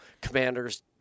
commanders